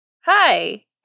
Hi